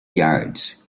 yards